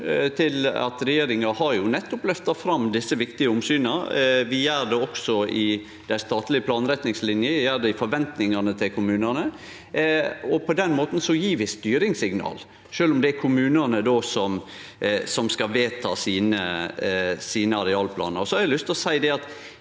til at regjeringa nettopp har løfta fram desse viktige omsyna. Vi gjer det også i dei statlege planretningslinene, vi gjer det i forventningane til kommunane. På den måten gjev vi styringssignal, sjølv om det er kommunane som skal vedta arealplanane